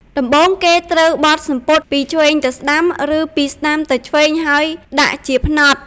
ដំបូងគេត្រូវបត់សំពត់ពីឆ្វេងទៅស្តាំ ឬពីស្តាំទៅឆ្វេងហើយដាក់ជាផ្នត់។